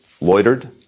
loitered